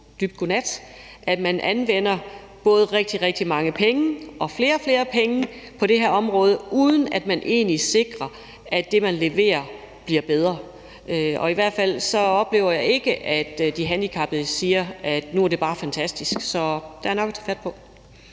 at man anvender rigtig, rigtig mange penge og flere og flere penge på det her område, uden at man egentlig sikrer, at det, man leverer, bliver bedre. I hvert fald oplever jeg ikke, at de handicappede siger, at nu er det bare fantastisk. Så der er nok at tage fat på.